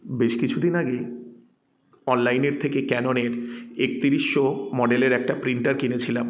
বেশ কিছু দিন আগে অনলাইনের থেকে ক্যানোনের একতিরিশশো মডেলের একটা প্রিন্টার কিনেছিলাম